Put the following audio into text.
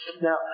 Now